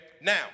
now